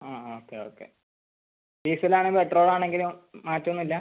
ആ okay okay diesel ആണ് petrol ആണെങ്കിലും മാറ്റമൊന്നുമില്ലേ